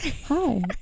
hi